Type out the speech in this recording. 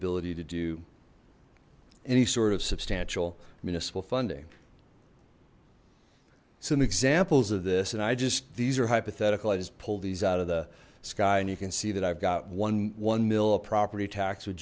ability to do any sort of substantial municipal funding some examples of this and i just these are hypothetical i just pulled these out of the sky and you can see that i've got one one mil of property tax would